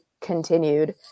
continued